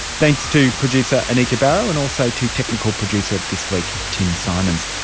thanks to producer anita barraud and also to technical producer this week tim symonds.